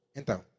então